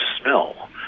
smell